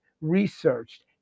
researched